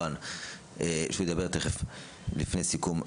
והוא ידבר תכף לפני סיכום.